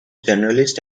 journalists